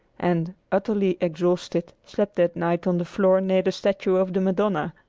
and, utterly exhausted, slept that night on the floor near the statue of the madonna,